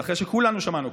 ואחרי שכולנו שמענו,